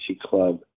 Club